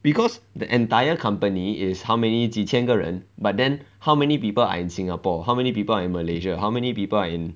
because the entire company is how many 几千个人 but then how many people are in singapore how many people are in malaysia how many people are in